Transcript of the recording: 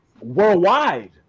worldwide